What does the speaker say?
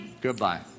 Goodbye